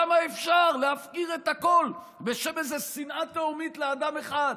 כמה אפשר להפקיר את הכול בשם איזו שנאה תהומית לאדם אחד?